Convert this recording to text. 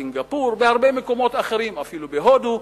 בסינגפור ובהרבה מקומות אחרים ואפילו בהודו,